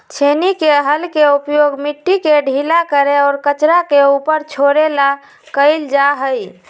छेनी के हल के उपयोग मिट्टी के ढीला करे और कचरे के ऊपर छोड़े ला कइल जा हई